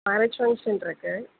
marriage function இருக்கு